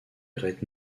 erraient